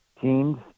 teams